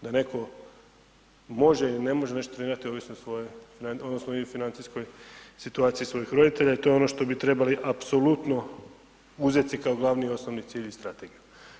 Da ne netko može ili ne može nešto trenirati, ovisi o svojoj odnosno i financijskoj situaciji svojih roditelja i to je ono što bi trebali apsolutno uzet si kao glavni i osnovni cilj i strategiju.